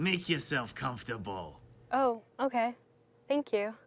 make yourself comfortable oh ok thank you